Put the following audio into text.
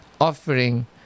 offering